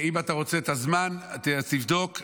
אם אתה רוצה את הזמן, תבדוק.